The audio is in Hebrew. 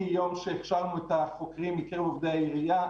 מיום שהכשרנו את החוקרים מקרב עובדי העירייה,